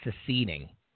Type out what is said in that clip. seceding